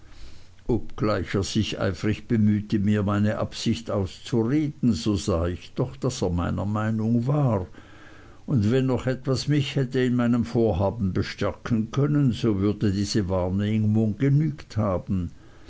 obgleich er sich eifrig bemühte mir meine absicht auszureden so sah ich doch daß er meiner meinung war und wenn noch etwas mich hätte in meinem vorhaben bestärken können so würde diese wahrnehmung genügt haben